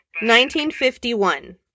1951